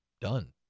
done